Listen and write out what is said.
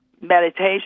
meditation